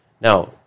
Now